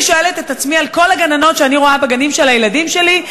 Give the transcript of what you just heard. ואני שואלת את עצמי על כל הגננות שאני רואה בגנים של הילדים שלי,